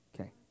Okay